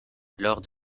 lors